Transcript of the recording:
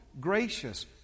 gracious